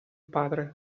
padre